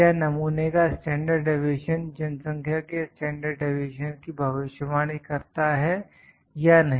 क्या नमूने का स्टैंडर्ड डिवीएशन जनसंख्या के स्टैंडर्ड डिवीएशन की भविष्यवाणी करता है या नहीं